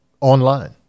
online